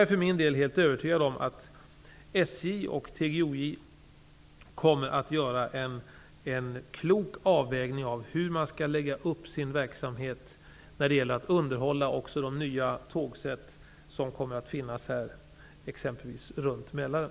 Jag för min del är helt övertygad om att SJ och TGOJ kommer att göra en klok avvägning av hur man skall lägga upp sin verksamhet när det gäller att underhålla också de nya tåg som kommer att finnas exempelvis runt Mälaren.